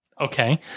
Okay